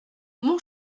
mon